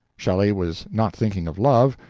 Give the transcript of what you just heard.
shelley was not thinking of love,